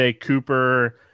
Cooper